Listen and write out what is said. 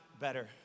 better